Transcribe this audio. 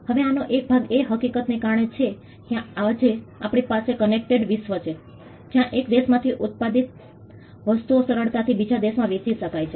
હવે આનો એક ભાગ એ હકીકતને કારણે છે કે આજે આપણી પાસે કનેક્ટેડ વિશ્વ છે જ્યાં એક દેશમાંથી ઉત્પાદિત વસ્તુઓ સરળતાથી બીજા દેશમાં વેચી શકાય છે